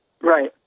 Right